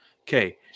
Okay